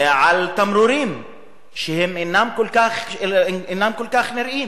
על תמרורים שלא כל כך נראים,